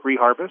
Reharvest